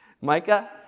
Micah